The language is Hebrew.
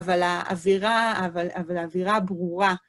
אבל העבירה, אבל העבירה ברורה.